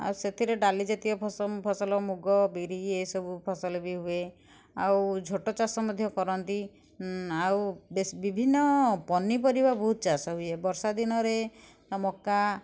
ଆଉ ସେଥିରେ ଡାଲି ଜାତୀୟ ଫସଲ ମୁଗ ବିରି ଏ ସବୁ ଫସଲ ବି ହୁଏ ଆଉ ଝୋଟ ଚାଷ ମଧ୍ୟ କରନ୍ତି ଆଉ ବେଶ୍ ବିଭିନ୍ନ ପନପରିବା ବହୁତ ଚାଷ ହୁଏ ବର୍ଷା ଦିନରେ ଆଉ ମକା